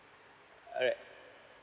all right